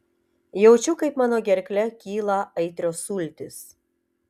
jaučiu kaip mano gerkle kyla aitrios sultys